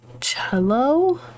cello